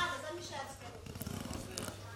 (חברת הכנסת דבי ביטון יוצאת מאולם המליאה.)